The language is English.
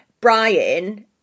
Brian